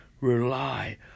rely